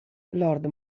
lord